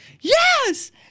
Yes